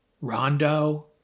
Rondo